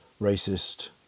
racist